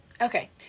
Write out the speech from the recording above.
Okay